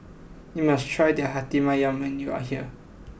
you must try the Hati Ayam when you are here